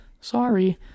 sorry